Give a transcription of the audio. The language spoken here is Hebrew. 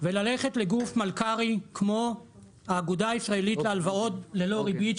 וללכת לגוף מלכ"רי כמו האגודה הישראלית להלוואות ללא ריבית,